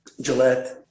Gillette